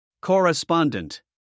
Correspondent